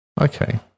Okay